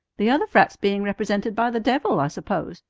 the other frats being represented by the devil, i suppose,